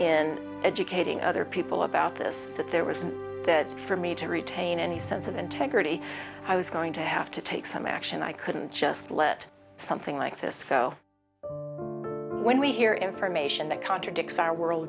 in educating other people about this that there was that for me to retain any sense of integrity i was going to have to take some action i couldn't just let something like this go when we hear information that contradicts our world